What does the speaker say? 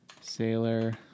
Sailor